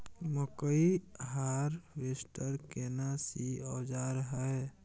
मकई हारवेस्टर केना सी औजार हय?